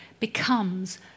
becomes